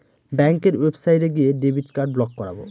ব্যাঙ্কের ওয়েবসাইটে গিয়ে ডেবিট কার্ড ব্লক করাবো